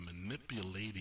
manipulating